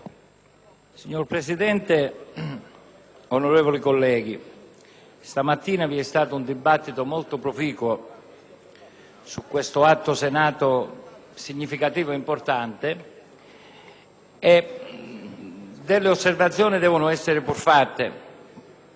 Signor Presidente, onorevoli colleghi, questa mattina si è svolto un dibattito molto proficuo su questo Atto Senato, significativo e importante; pertanto, delle osservazioni devono essere pur fatte.